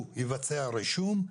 הוא יבצע רישום,